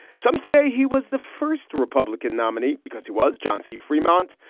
some say he was the first republican nominee because he was john c. fremont.